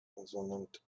consonant